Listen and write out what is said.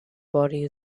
body